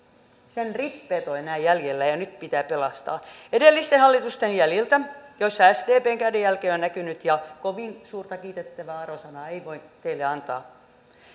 sen rippeet ovat enää jäljellä ja nyt pitää pelastaa edellisten hallitusten jäljiltä joissa sdpn kädenjälki on on näkynyt ja kovin suurta kiitettävää arvosanaa ei voi teille antaa